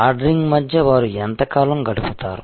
ordering మధ్య వారు ఎంతకాలం గడుపుతారు